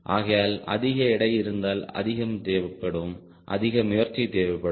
ஆகையால் அதிக எடை இருந்தால் அதிகம் தேவைப்படும் அதிக முயற்சி தேவைப்படும்